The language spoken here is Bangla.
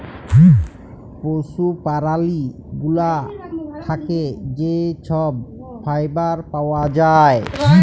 পশু প্যারালি গুলা থ্যাকে যে ছব ফাইবার পাউয়া যায়